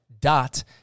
dot